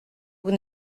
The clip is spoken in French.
vous